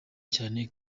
cyane